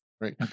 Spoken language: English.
right